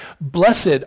blessed